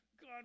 God